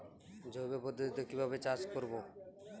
জৈব পদ্ধতিতে কিভাবে চাষ করব?